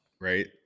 right